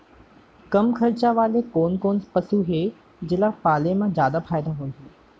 कम खरचा वाले कोन कोन पसु हे जेला पाले म जादा फायदा होही?